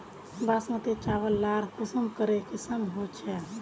बासमती चावल लार कुंसम करे किसम होचए?